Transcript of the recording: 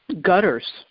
gutters